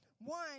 One